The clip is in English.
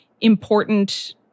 important